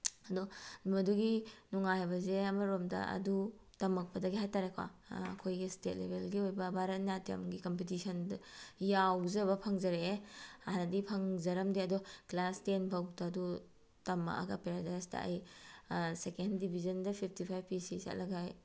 ꯑꯗꯣ ꯃꯗꯨꯒꯤ ꯅꯨꯡꯉꯥꯏꯕꯁꯦ ꯑꯃꯔꯣꯝꯗ ꯑꯗꯨ ꯇꯝꯃꯛꯄꯗꯒꯤ ꯍꯥꯏꯇꯥꯔꯦꯀꯣ ꯑꯩꯈꯣꯏꯒꯤ ꯏꯁꯇꯦꯠ ꯂꯦꯚꯦꯜꯒꯤ ꯑꯣꯏꯕ ꯚꯥꯔꯠ ꯅꯥꯇ꯭ꯌꯝꯒꯤ ꯀꯝꯄꯤꯇꯤꯁꯟꯗ ꯌꯥꯎꯖꯕ ꯐꯪꯖꯔꯛꯑꯦ ꯍꯥꯟꯅꯗꯤ ꯐꯪꯖꯔꯝꯗꯦ ꯑꯗꯣ ꯀ꯭ꯂꯥꯁ ꯇꯦꯟꯐꯥꯎꯗ ꯑꯗꯨ ꯇꯝꯃꯛꯑꯒ ꯄꯦꯔꯥꯗꯥꯏꯁꯇ ꯑꯩ ꯁꯦꯀꯦꯟ ꯗꯤꯚꯤꯖꯟꯗ ꯐꯤꯐꯇꯤ ꯐꯥꯏꯚ ꯄꯤ ꯁꯤ ꯆꯠꯂꯒ ꯑꯩ